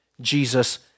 Jesus